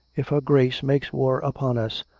if her grace makes war upon us,